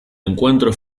encuentro